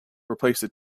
replace